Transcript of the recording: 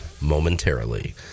momentarily